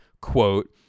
quote